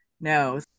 no